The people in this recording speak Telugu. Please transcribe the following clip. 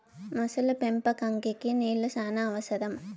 మొసలి పెంపకంకి నీళ్లు శ్యానా అవసరం